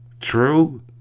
true